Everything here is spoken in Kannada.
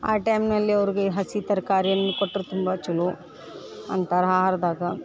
ಆ ಟೈಮ್ನಲ್ಲಿ ಅವ್ರಿಗೆ ಹಸಿ ತರಕಾರಿ ಏನು ಕೊಟ್ಟರೂ ತುಂಬ ಚಲೋ ಅಂತಾರೆ ಆಹಾರದಾಗ